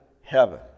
heaven